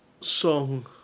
song